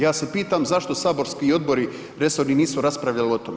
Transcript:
Ja se pitam zašto saborski odbori resorni nisu raspravljali o tome?